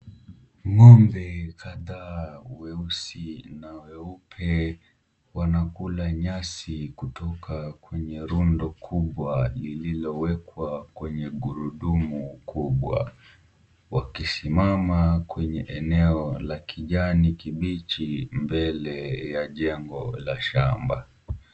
Ng'ombe kadhaa weusi na weupe wanakula nyasi kutoka kwenye rundo kubwa lililowekwa kwenye gurudumu kubwa, wakisimama kwenye eneo la kijani kibichi mbele ya jengo la shamba.